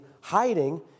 hiding